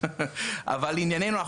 אבל לענייננו,